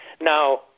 Now